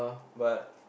but